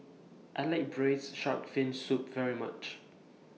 I like Braised Shark Fin Soup very much